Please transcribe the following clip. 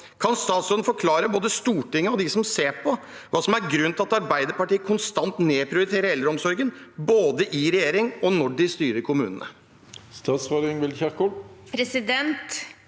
Kan statsråden forklare både Stortinget og de som ser oss på tv, hva som er grunnen til at Arbeiderpartiet konstant nedprioriterer eldreomsorgen både i regjering og når de styrer kommunene?